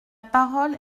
parole